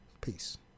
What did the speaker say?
peace